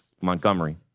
Montgomery